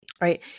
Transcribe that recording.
right